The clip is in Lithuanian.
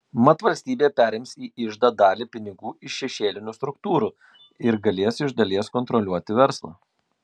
mat valstybė perims į iždą dalį pinigų iš šešėlinių struktūrų ir galės iš dalies kontroliuoti verslą